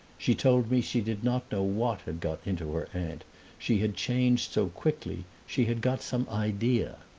she told me she did not know what had got into her aunt she had changed so quickly, she had got some idea.